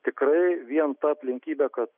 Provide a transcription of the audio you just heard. tikrai vien ta aplinkybė kad